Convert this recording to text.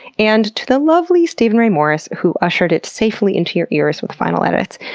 and to the lovely steven ray morris, who ushered it safely into your ears with final edits.